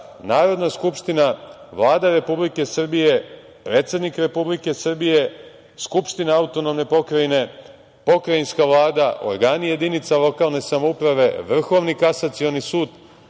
Narodna skupština, Vlada Republike Srbije, predsednik Republike Srbije, skupština autonomne pokrajine, pokrajinska vlada, organi jedinica lokalne samouprave, Vrhovni kasacioni sud,